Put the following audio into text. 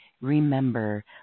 remember